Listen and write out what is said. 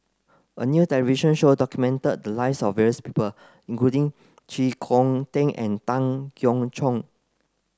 a new television show documented the lives of various people including Chee Kong Tet and Tan Keong Choon